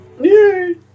Yay